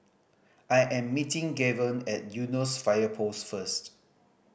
I am meeting Gaven at Eunos Fire Post first